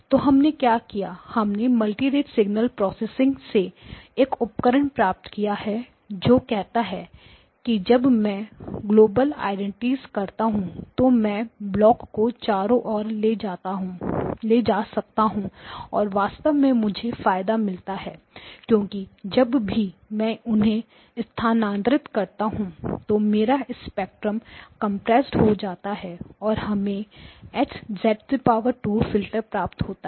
तो हमने क्या किया है हमने मल्टीरेट सिग्नल प्रोसेसिंग से एक उपकरण प्राप्त किया है जो कहता है कि जब मैं ग्लोबल आइडेंटिटीस करता हूं तो मैं ब्लॉकों को चारों ओर ले जा सकता हूं और वास्तव में मुझे एक फायदा मिलता है क्योंकि जब भी मैं उन्हें स्थानांतरित करता हूं तो मेरा स्पेक्ट्रम कंप्रेस हो जाता हैऔर हमें H फिल्टर प्राप्त होता है